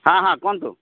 ହଁ ହଁ କୁହନ୍ତୁ